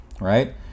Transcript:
right